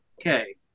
okay